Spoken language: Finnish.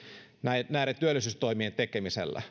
näiden näiden työllisyystoimien tekemiseen